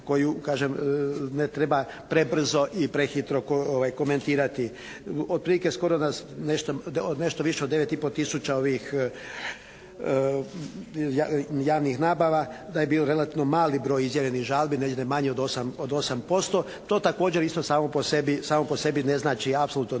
kažem ne treba prebrzo i prehitro komentirati. Otprilike na nešto više od 9,5 tisuća ovih javnih nabava da je bio relativno mali broj izjavljenih žalbi, negdje manje od 8%. To također isto samo po sebi ne znači apsolutno ništa